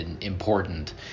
important